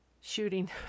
shooting